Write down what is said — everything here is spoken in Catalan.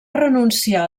renunciar